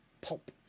pulp